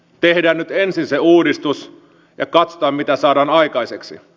tehdään nyt ensin se uudistus ja katsotaan mitä saadaan aikaiseksi